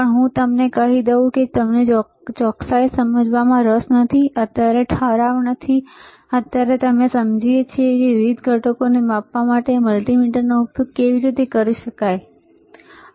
પણ હું તમને કહી દઉં કે અમને ચોકસાઈને સમજવામાં રસ નથી અત્યારે ઠરાવ નથી અત્યારે અમે સમજીએ છીએ કે વિવિધ ઘટકોને માપવા માટે આપણે મલ્ટિમીટરનો ઉપયોગ કેવી રીતે કરી શકીએ બરાબર